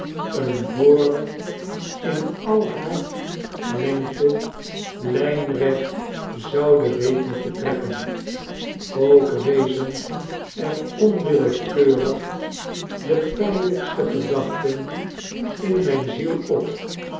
een vore in al haar lengte lijnrecht zouden weten te trekken ook rezen er onwillekeurig de pijnlkste gedachten in mijn ziel op